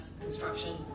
construction